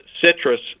citrus